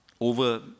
over